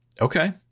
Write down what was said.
Okay